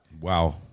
Wow